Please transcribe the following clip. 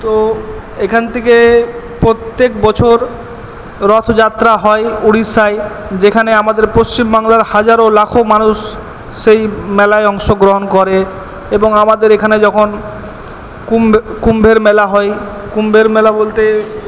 তো এখান থেকে প্রত্যেক বছর রথযাত্রা হয় উড়িষ্যায় যেখানে আমাদের পশ্চিমবাংলার হাজারো লাখো মানুষ সেই মেলায় অংশগ্রহণ করে এবং আমাদের এখানে যখন কুম্ভ কুম্ভের মেলা হয় কুম্ভের মেলা বলতে